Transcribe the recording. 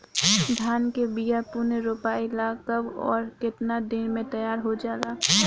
धान के बिया पुनः रोपाई ला कब और केतना दिन में तैयार होजाला?